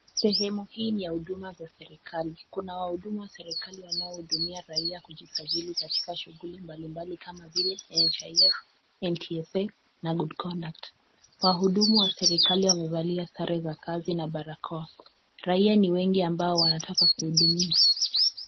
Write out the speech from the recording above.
Sehemu hii ni ya huduma za serikali. Kuna wahudumu wa serikali wanaohudumia raia kujisajili katika shughuli mbali mbali kama vile NHIF, NTSA na good conduct . Wahudumu wa serikali wamevalia sare za kazi na barakoa. Raia ni wengi ambao wanataka kuhudumiwa.